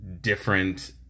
different